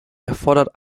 erfordert